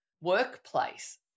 workplace